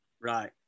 Right